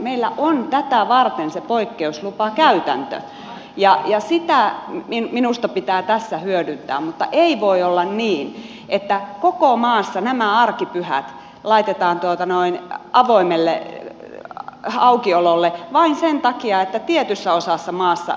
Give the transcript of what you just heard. meillä on tätä varten se poikkeuslupakäytäntö ja sitä minusta pitää tässä hyödyntää mutta ei voi olla niin että koko maassa nämä arkipyhät laitetaan avoimelle aukiololle vain sen takia että tietyssä osassa